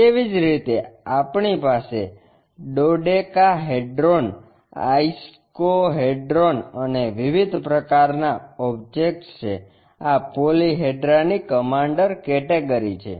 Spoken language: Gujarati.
તેવી જ રીતે આપણી પાસે ડોડેકાહેડ્રોન આઇકોસાહેડ્રોન અને વિવિધ પ્રકારના ઓબ્જેક્ટ્સ છે આ પોલિહેડ્રાની કમાન્ડર કેટેગરી છે